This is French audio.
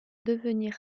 devenir